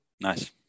Nice